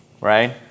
right